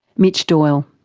mitch doyle.